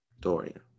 Dorian